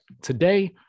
Today